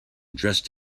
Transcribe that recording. dressed